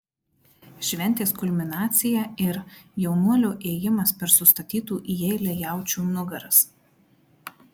šventės kulminacija ir jaunuolio ėjimas per sustatytų į eilę jaučių nugaras